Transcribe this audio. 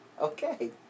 Okay